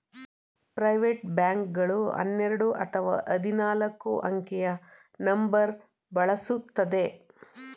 private bank ಗಳು ಹನ್ನೆರಡು ಅಥವಾ ಹದಿನಾಲ್ಕು ಅಂಕೆಯ ನಂಬರ್ ಬಳಸುತ್ತದೆ